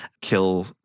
kill